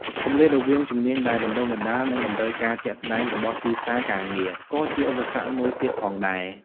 គម្លាតរវាងជំនាញដែលបណ្ដុះបណ្ដាល និងតម្រូវការជាក់ស្ដែងរបស់ទីផ្សារការងារ ក៏ជាឧបសគ្គមួយទៀតផងដែរ។